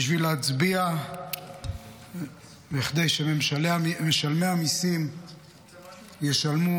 בשביל להצביע כדי שמשלמי המיסים ישלמו